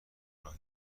راه